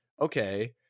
okay